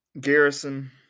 Garrison